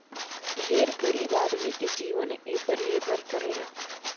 ढेर गरीब आदमी के जीवन एपर निर्भर करेला